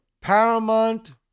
Paramount